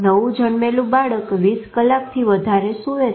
નવું જન્મેલું બાળક 20 કલાક થી વધારે સુવે છે